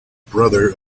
brother